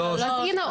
אז הנה,